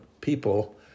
people